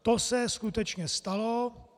To se skutečně stalo.